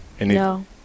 No